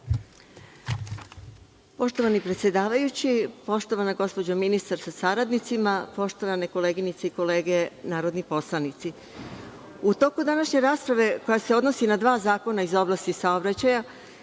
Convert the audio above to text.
Poštovani predsedavajući, poštovana gospođo ministarka sa saradnicima, poštovane koleginice i kolege narodni poslanici, u toku današnje rasprave koja se odnosi na dva zakona iz oblasti saobraćaja,